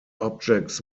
objects